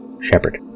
Shepard